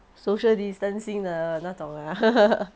social distancing 的那种啊